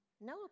No